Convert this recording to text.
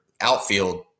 outfield